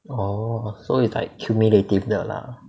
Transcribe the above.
orh so it's like cumulative 的 lah